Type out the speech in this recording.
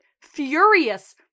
Furious